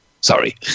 Sorry